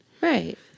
Right